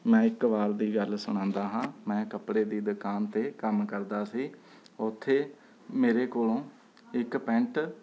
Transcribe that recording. ਮੈਂ ਇੱਕ ਵਾਰ ਦੀ ਗੱਲ ਸੁਣਾਉਂਦਾ ਹਾਂ ਮੈਂ ਕੱਪੜੇ ਦੀ ਦੁਕਾਨ 'ਤੇ ਕੰਮ ਕਰਦਾ ਸੀ ਉੱਥੇ ਮੇਰੇ ਕੋਲੋਂ ਇੱਕ ਪੈਂਟ